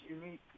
unique